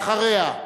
אחריה,